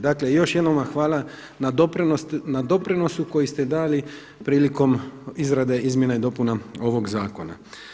Dakle, još jednom vam hvala na doprinosu koji ste dali prilikom izrade izmjena i dopuna ovog Zakona.